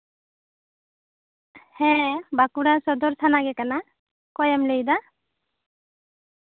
ᱦᱮᱸ ᱵᱟᱸᱠᱩᱲᱟ ᱥᱚᱫᱚᱨ ᱛᱷᱟᱱᱟᱜᱮ ᱠᱟᱱᱟ ᱚᱠᱚᱭᱮᱢ ᱞᱟᱹᱭ ᱫᱟ